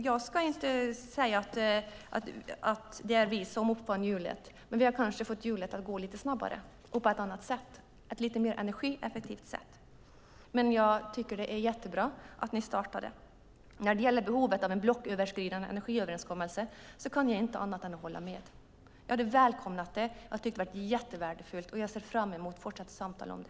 Jag ska inte säga att det är vi som uppfann hjulet. Men vi har kanske fått hjulet att gå lite snabbare och på ett annat sätt - ett lite mer energieffektivt sätt. Jag tycker att det är jättebra att ni startade det. När det gäller behovet av en blocköverskridande energiöverenskommelse kan jag inte annat än att hålla med. Jag skulle välkomna det och jag skulle tycka att det är jättevärdefullt. Jag ser fram emot fortsatta samtal om det.